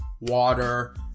water